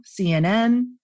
CNN